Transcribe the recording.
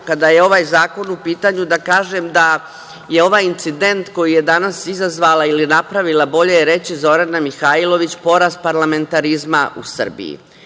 kada je ovaj zakon u pitanju, da kažem da je ovaj incident koji je danas izazvala ili napravila bolje reći Zorana Mihajlović, porast parlamentarizma u Srbiji.